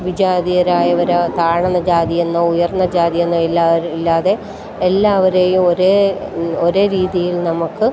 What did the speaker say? വിജാതീയരായവരോ താഴ്ന്ന ജാതിയെന്നോ ഉയർന്ന ജാതിയെന്നോ ഇല്ലാ ഇല്ലാതെ എല്ലാവരെയും ഒരേ ഒരേ രീതിയിൽ നമ്മൾക്ക്